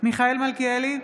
מיכאל מלכיאלי,